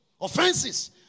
Offenses